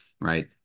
right